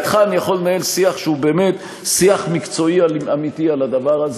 אתך אני יכול לנהל שיח שהוא באמת שיח מקצועי אמיתי על הדבר הזה.